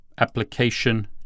application